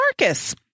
Marcus